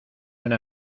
una